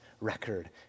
record